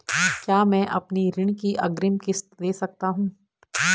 क्या मैं अपनी ऋण की अग्रिम किश्त दें सकता हूँ?